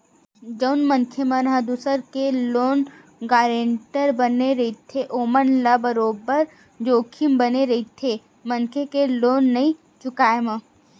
जउन मनखे मन ह दूसर के लोन गारेंटर बने रहिथे ओमन ल बरोबर जोखिम बने रहिथे मनखे के लोन नइ चुकाय म